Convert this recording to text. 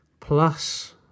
Plus